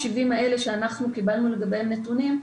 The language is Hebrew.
מתוך 770 המטופלים שקיבלנו לגביהם נתונים,